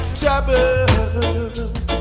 troubles